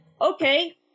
okay